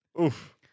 Oof